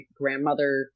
grandmother